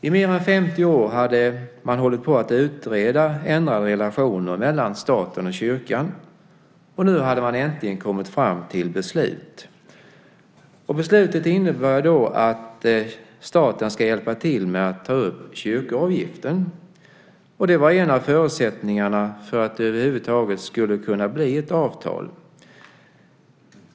I mer än 50 år hade man hållit på att utreda ändrade relationer mellan staten och kyrkan, och nu hade man äntligen kommit fram till beslut. Beslutet innebär att staten ska hjälpa till med att ta upp kyrkoavgiften. Det var en av förutsättningarna för att det över huvud taget skulle kunna bli ett avtal.